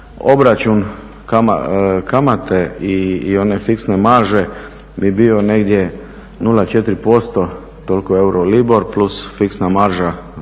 obračun kamate i one fiksne marže bi bio negdje 0,4%, toliko je Euro LIBOR plus fiksna marža